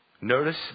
Notice